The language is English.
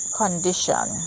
condition